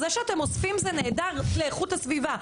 זה שאתם אוספים זה נהדר לאיכות הסביבה.